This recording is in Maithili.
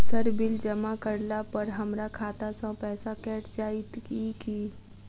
सर बिल जमा करला पर हमरा खाता सऽ पैसा कैट जाइत ई की?